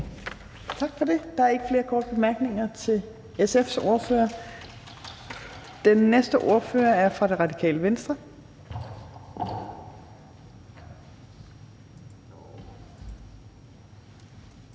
Tak for det. Der er ikke flere korte bemærkninger, så tak til SF's ordfører. Den næste ordfører er fra Det Radikale Venstre.